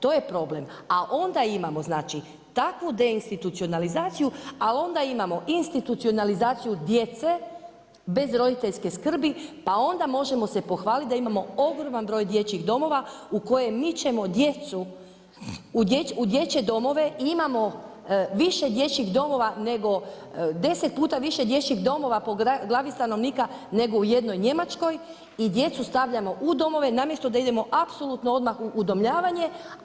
To je problem, a onda imamo znači takvu deinstitucionalizaciju, a onda imamo institucionalizaciju djece bez roditeljske skrbi, pa onda možemo se pohvaliti da imamo ogroman broj dječjih domova u koje mičemo djecu u dječje domove i imamo više dječjih domova nego, 10 puta više dječjih domova po glavi stanovnika nego u jednoj Njemačkoj i djecu stavljamo u domove namjesto da idemo apsolutno odmah u udomljavanje.